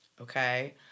Okay